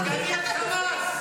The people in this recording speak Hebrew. תשבי בשקט.